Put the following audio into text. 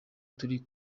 turi